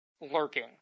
lurking